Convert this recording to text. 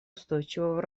устойчивого